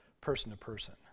person-to-person